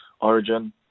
Origin